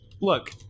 Look